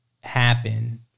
happen